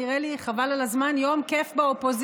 נראה לי, חבל על הזמן, יום כיף באופוזיציה.